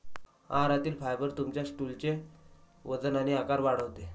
आहारातील फायबर तुमच्या स्टूलचे वजन आणि आकार वाढवते